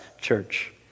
church